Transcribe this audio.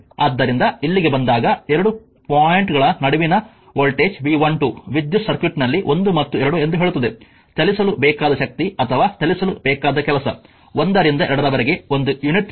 ಆದ್ದರಿಂದ ಇಲ್ಲಿಗೆ ಬಂದಾಗ 2 ಪಾಯಿಂಟ್ಗಳ ನಡುವಿನ ವೋಲ್ಟೇಜ್ V12 ವಿದ್ಯುತ್ ಸರ್ಕ್ಯೂಟ್ನಲ್ಲಿ 1 ಮತ್ತು 2 ಎಂದು ಹೇಳುತ್ತದೆ ಚಲಿಸಲು ಬೇಕಾದ ಶಕ್ತಿ ಅಥವಾ ಚಲಿಸಲು ಬೇಕಾದ ಕೆಲಸ 1 ರಿಂದ 2 ರವರೆಗೆ ಒಂದು ಯುನಿಟ್ ಚಾರ್ಜ್